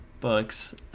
books